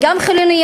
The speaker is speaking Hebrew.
הן גם חילוניות,